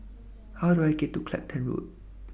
How Do I get to Clacton Road